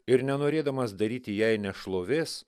ir nenorėdamas daryti jai nešlovės